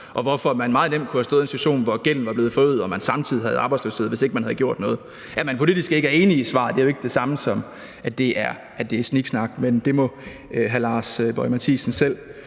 og hvorfor man meget nemt kunne have stået i en situation, hvor gælden var blevet forøget og man samtidig havde arbejdsløshed, hvis ikke man havde gjort noget. At man politisk ikke er enig i svaret, er jo ikke det samme som, at det er sniksnak. Men det må hr. Lars Boje Mathiesen selv